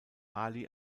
ali